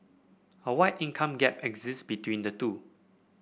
a wide income gap exist between the two